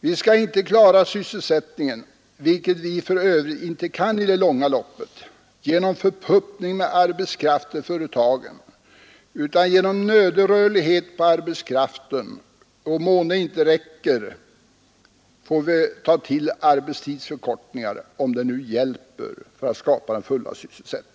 Vi skall inte klara sysselsättningen, vilket vi för övrigt inte kan i det långa loppet, genom förpuppning av arbetskraft i företagen utan genom nödig rörlighet på arbetskraften och, i den mån det inte räcker, genom arbetstidsförkortningar.